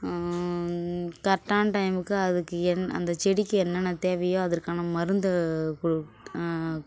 கரெக்டான டைமுக்கு அதுக்கு என் அந்த செடிக்கு என்னென்ன தேவையோ அதற்கான மருந்தை குட்